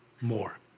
more